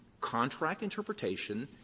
contract interpretation,